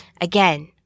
Again